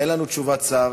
אין לנו תשובת שר.